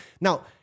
Now